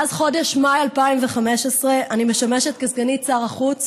מאז חודש מאי 2015 אני משמשת כסגנית שר החוץ